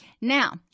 Now